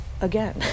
again